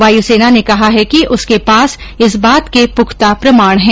वायुसेना ने कहा है कि उसके पास इस बात के प्रख्ता प्रमाण हैं